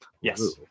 Yes